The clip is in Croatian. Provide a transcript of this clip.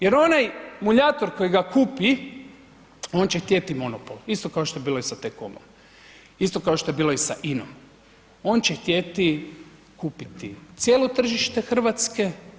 Jer onaj muljator koji ga kupi on će htjeti monopol, isto kao što je bilo i sa T-Com-om, isto kao što je bilo i sa INA-om, on će htjeti kupiti cijelo tržište Hrvatske.